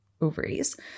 ovaries